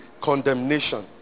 condemnation